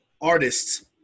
artists